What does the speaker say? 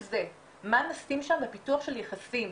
נשים שם בפיתוח של יחסים,